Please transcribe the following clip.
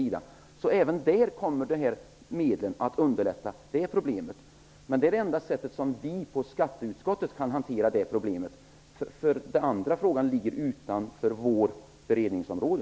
Även på det sättet kommer dessa medel att underlätta för att lösa problemet. Det är det enda sätt som vi på skatteutskottet kan hantera det problemet på. Den andra frågan ligger utanför vårt beredningsområde.